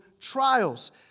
trials